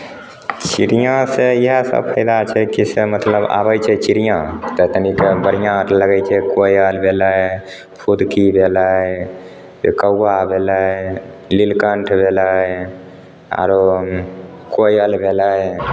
चिड़ियाँसँ इएहसभ फाइदा छै कि से मतलब आबै छै चिड़ियाँ तऽ तनिके बढ़िआँ लगै छै कोयल भेलै फुदकी भेलै फेर कौआ भेलै नीलकण्ठ भेलै आरो कोयल भेलै